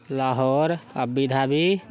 Lahore Abu Dhabi